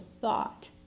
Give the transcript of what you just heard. thought